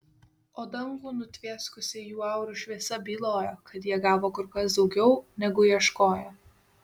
o dangų nutvieskusi jų aurų šviesa bylojo kad jie gavo kur kas daugiau negu ieškojo